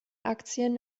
aktien